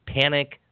panic